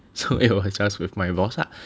so it was just with my boss lah